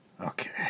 Okay